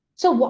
so,